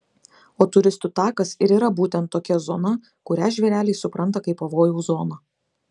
o turistų takas ir yra būtent tokia zona kurią žvėreliai supranta kaip pavojaus zoną